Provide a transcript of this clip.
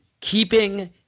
keeping